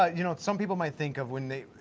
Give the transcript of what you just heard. ah you know some people might think of when they,